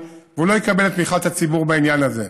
והוא לא יקבל את תמיכת הציבור בעניין הזה.